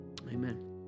amen